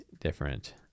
different